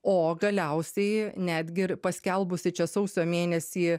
o galiausiai netgi ir paskelbusi čia sausio mėnesį